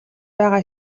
байгаа